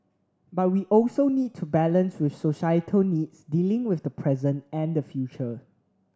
but we also need to balance with societal needs dealing with the present and the future